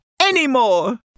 anymore